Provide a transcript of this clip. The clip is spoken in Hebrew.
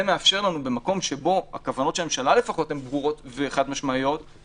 זה מאפשר לנו במקום שבו הכוונות של הממשלה לפחות הן ברורות וחד משמעיות,